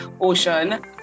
ocean